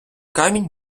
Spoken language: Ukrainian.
камінь